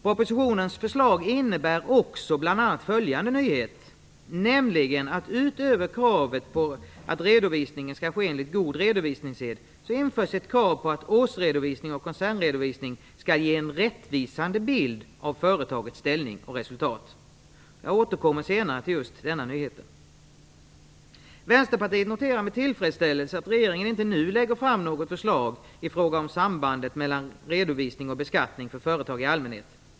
Propositionens förslag innebär också bl.a. den nyheten att utöver kravet på att redovisningen skall ske enligt god redovisningssed skall års och koncernredovisning också ge en rättvisande bild av företagets ställning och resultat. Jag återkommer senare till denna nyhet. Vänsterpartiet noterar med tillfredsställelse att regeringen på grund av den remisskritik som framförts inte nu lägger fram något förslag i fråga om sambandet mellan redovisning och beskattning för företag i allmänhet.